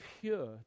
pure